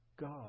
God